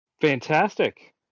Fantastic